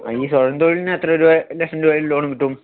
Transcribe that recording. എങ്കിൽ സ്വയം തൊഴിലിന് എത്ര രൂപ എത്ര ലക്ഷം രൂപ ലോൺ കിട്ടും